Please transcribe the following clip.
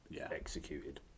executed